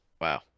Wow